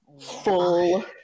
full